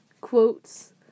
quotes